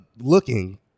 looking